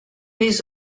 les